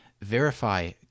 verify